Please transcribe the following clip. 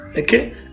okay